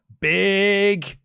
big